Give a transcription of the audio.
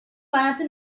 banatzen